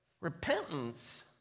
Repentance